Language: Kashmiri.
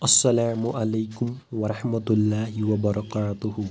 السلام عليكم ورحمة الله وبركاته